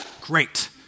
great